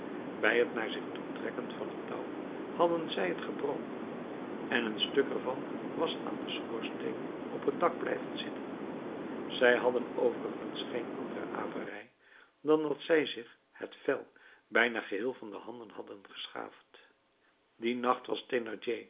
bij het naar zich toe trekken van het touw hadden zij het gebroken en een stuk ervan was aan den schoorsteen op het dak blijven zitten zij hadden overigens geen andere averij dan dat zij zich het vel bijna geheel van de handen hadden geschaafd dien nacht was